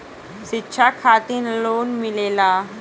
शिक्षा खातिन लोन मिलेला?